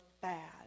bad